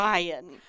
Ryan